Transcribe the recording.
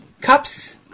Cups